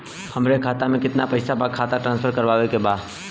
हमारे खाता में कितना पैसा बा खाता ट्रांसफर करावे के बा?